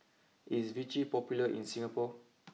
is Vichy popular in Singapore